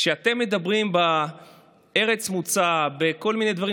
כשאתם מדברים על ארץ מוצא בכל מיני דברים,